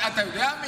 אתה יודע,